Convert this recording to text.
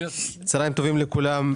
צוהריים טובים לכולם,